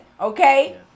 okay